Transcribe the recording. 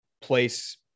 place